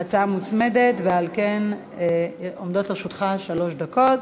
ההצעה מוצמדת, ועל כן עומדות לרשותך שלוש דקות.